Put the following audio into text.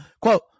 Quote